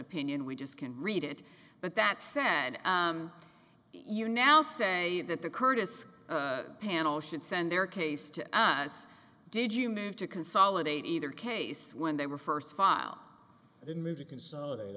opinion we just can read it but that said you now say that the curtis panel should send their case to us did you move to consolidate either case when they were first file and then move to consolidate